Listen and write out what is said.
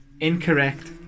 Incorrect